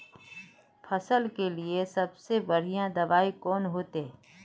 फसल के लिए सबसे बढ़िया दबाइ कौन होते?